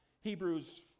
Hebrews